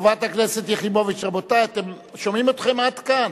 חברת הכנסת יחימוביץ, רבותי, שומעים אתכם עד כאן.